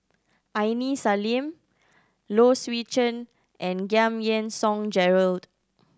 Aini Salim Low Swee Chen and Giam Yean Song Gerald